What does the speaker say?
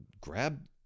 grab